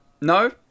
no